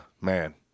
man